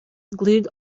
glued